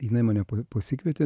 jinai mane pasikvietė